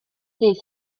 dydd